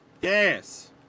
Yes